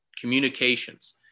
communications